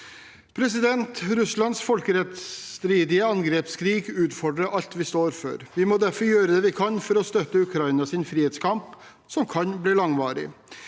samarbeidet. Russlands folkerettsstridige angrepskrig utfordrer alt vi står for. Vi må derfor gjøre det vi kan for å støtte Ukrainas frihetskamp, som kan bli langvarig.